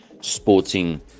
sporting